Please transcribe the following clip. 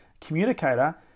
communicator